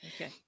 okay